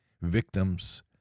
Victims